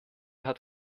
hat